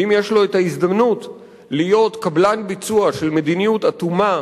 ואם יש לו הזדמנות להיות קבלן ביצוע של מדיניות אטומה,